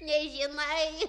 nei vienai